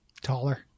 Taller